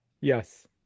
Yes